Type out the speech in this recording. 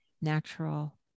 natural